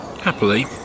Happily